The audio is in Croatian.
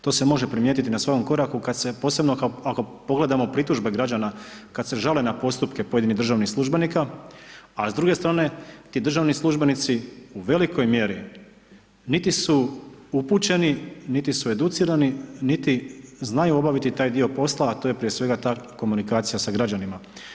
To se može primijetiti na svakom koraku kada se, posebno ako pogledamo pritužbe građana kada se žale na postupke pojedinih državnih službenika a s druge strane ti državni službenici u velikoj mjeri niti su upućeni, niti su educirani, niti znaju obaviti taj dio posla a to je prije svega ta komunikacija sa građanima.